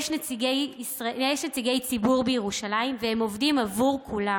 יש נציגי ציבור בירושלים והם עובדים בעבור כולם.